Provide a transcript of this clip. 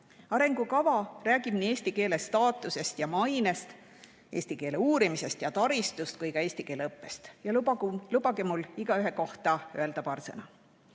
Arengukava räägib eesti keele staatusest ja mainest, eesti keele uurimisest ja taristust ning ka eesti keele õppest. Lubage mul igaühe kohta öelda paar sõna.